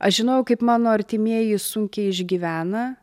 aš žinojau kaip mano artimieji sunkiai išgyvena